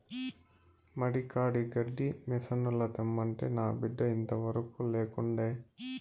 మడి కాడి గడ్డి మిసనుల తెమ్మంటే నా బిడ్డ ఇంతవరకూ లేకుండే